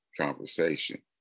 conversation